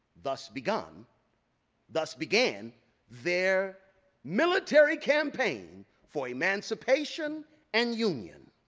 thus begun thus began their military campaign for emancipation and union.